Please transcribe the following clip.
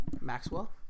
Maxwell